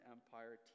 Empire